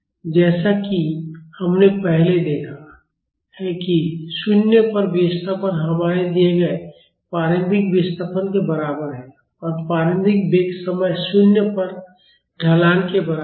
जैसा कि हमने पहले देखा है कि 0 पर विस्थापन हमारे दिए गए प्रारंभिक विस्थापन के बराबर है और प्रारंभिक वेग समय 0 पर ढलान के बराबर है